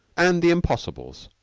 and the impossibles.